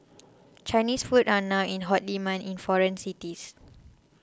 Chinese food are now in hot demand in foreign cities